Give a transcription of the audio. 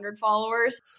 followers